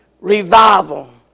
revival